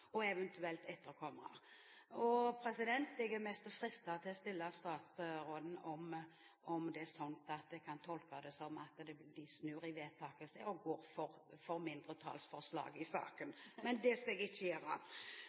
og eventuelt etterkommerne. Jeg er nesten fristet til å stille statsråden spørsmål om man kan tolke det dit hen at de snur og går for mindretallsforslaget i saken. Men det skal jeg ikke gjøre.